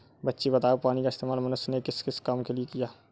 बच्चे बताओ पानी का इस्तेमाल मनुष्य ने किस किस काम के लिए किया?